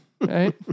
Right